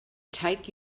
take